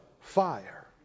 fire